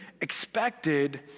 expected